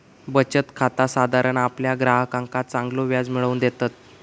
बचत खाता साधारण आपल्या ग्राहकांका चांगलो व्याज मिळवून देतत